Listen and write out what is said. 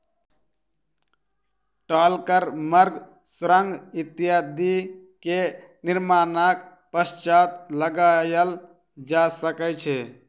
टोल कर मार्ग, सुरंग इत्यादि के निर्माणक पश्चात लगायल जा सकै छै